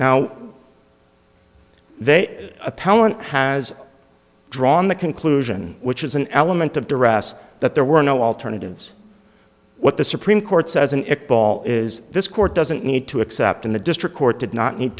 now they appellant has drawn the conclusion which is an element of duress that there were no alternatives what the supreme court says an x ball is this court doesn't need to accept in the district court did not need